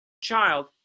child